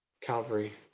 Calvary